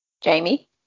Jamie